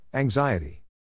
Anxiety